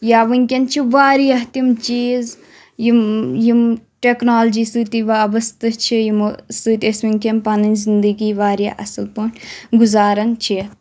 یا وٕنٛکؠن چھ واریاہ تِم چیٖز یِم یِم ٹؠکنالجِی سٟتی وابَسطہٕ چھ یِمو سٟتۍ أسۍ وٕنٛکؠن پَنٟنۍ زِنٛدَگی واریاہ اصٕل پٲٹھۍ گُزاران چھ